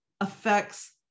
affects